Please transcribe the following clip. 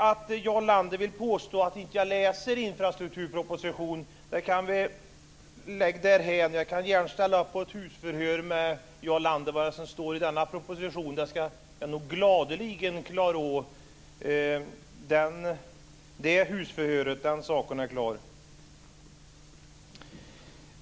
Att Jarl Lander vill påstå att jag inte läst infrastrukturpropositionen kan vi lägga därhän. Jag kan gärna ställa upp på ett husförhör med Jarl Lander om vad som står i denna proposition. Det husförhöret ska jag nog gladeligen klara av. Den saken är klar.